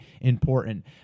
important